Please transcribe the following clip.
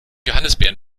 johannisbeeren